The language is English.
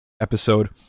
episode